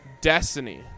destiny